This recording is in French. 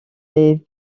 les